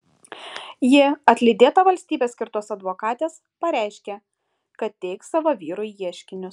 ji atlydėta valstybės skirtos advokatės pareiškė kad teiks savo vyrui ieškinius